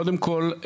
קודם כל,